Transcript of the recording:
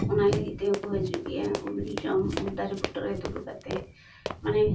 ᱚᱱᱟ ᱞᱟᱹᱜᱤᱫ ᱛᱮᱜᱮ ᱠᱚ ᱦᱟᱹᱡᱩᱜ ᱜᱮᱭᱟ ᱩᱞ ᱡᱚᱢ ᱩᱞ ᱫᱟᱨᱮ ᱵᱩᱴᱟᱹᱨᱮ ᱫᱩᱲᱩᱵ ᱠᱟᱛᱮᱫ ᱢᱟᱱᱮ